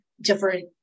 different